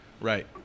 Right